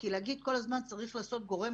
כי להגיד כל הזמן: צריך לעשות גורם